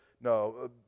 No